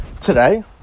Today